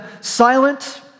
silent